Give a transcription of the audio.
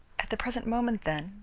at the present moment, then,